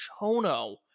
chono